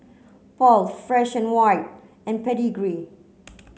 Paul Fresh and White and Pedigree